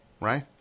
right